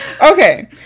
okay